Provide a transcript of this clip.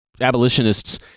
abolitionists